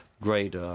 great